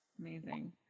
Amazing